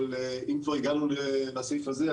אבל אם כבר הגענו לסעיף הזה,